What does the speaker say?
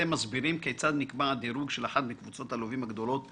אתם מסבירים כיצד נקבע הדירוג של אחת מקבוצות הלווים הגדולות בבנק,